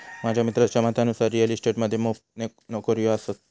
माझ्या मित्राच्या मतानुसार रिअल इस्टेट मध्ये मोप नोकर्यो हत